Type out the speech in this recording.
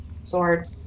Sword